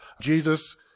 Jesus